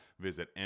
visit